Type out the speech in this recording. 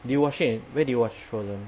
did you watch it in where did you watch frozen